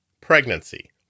Pregnancy